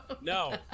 No